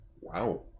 Wow